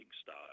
style